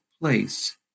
place